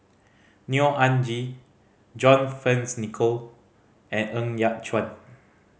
Neo Anngee John Fearns Nicoll and Ng Yat Chuan